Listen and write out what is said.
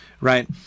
right